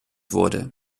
wurde